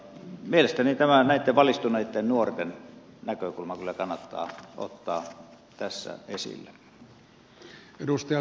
mielestäni tämä näitten valistuneitten nuorten näkökulma kyllä kannattaa ottaa tässä esille